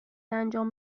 انجام